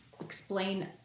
explain